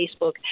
Facebook